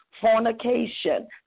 fornication